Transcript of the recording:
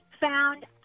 found